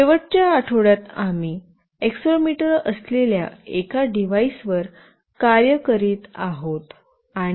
शेवटच्या आठवड्यात आम्ही एक्सेलेरोमीटरअसलेल्या एका डिव्हाइसवर कार्य करीत आहोत